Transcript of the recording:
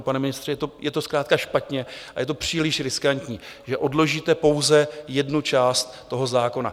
Pane ministře, je to zkrátka špatně a je to příliš riskantní, že odložíte pouze jednu část toho zákona.